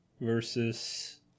versus